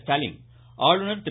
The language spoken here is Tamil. ஸ்டாலின் ஆளுநர் திரு